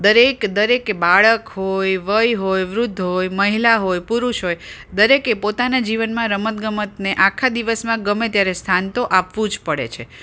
દરેક દરેકે બાળક હોય વય હોય વૃદ્ધ હોય મહિલા હોય પુરુષ હોય દરેકે પોતાના જીવનમાં રમત ગમતને આખા દિવસમાં ગમે ત્યારે સ્થાન તો આપવું જ પડે છે